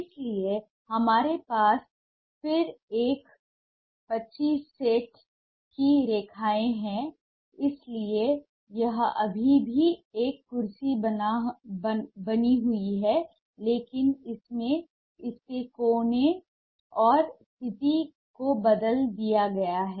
इसलिए हमारे पास फिर से 25 सेट की रेखाएँ हैं इसलिए यह अभी भी एक कुर्सी बनी हुई है लेकिन इसने इसके कोण और स्थिति को बदल दिया है